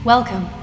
Welcome